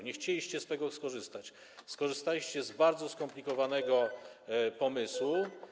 Nie chcieliście z tego skorzystać, skorzystaliście z bardzo skomplikowanego pomysłu.